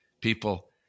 people